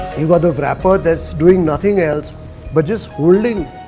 you've got the wrapper that's doing nothing else but just holding.